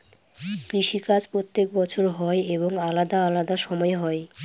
কৃষি কাজ প্রত্যেক বছর হয় এবং আলাদা আলাদা সময় হয়